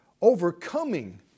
overcoming